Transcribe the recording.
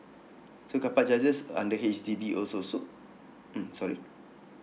so carpark charges under H_D_B also so mm sorry